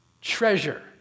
treasure